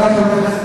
חברי חברי הכנסת,